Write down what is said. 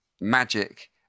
magic